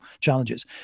challenges